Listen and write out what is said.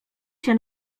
się